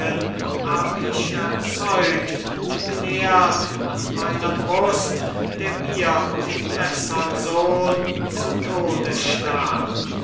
hab ich erzeugt genährt an meiner brust der mir den bessern sohn zu tode stach